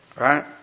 right